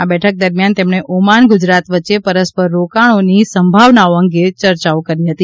આ બેઠક દરમ્યાન તેમણે ઓમાન ગુજરાત વચ્ચે પરસ્પર રોકાણોની સંભાવનાઓ અંગે ચર્ચાઓ કરી હતી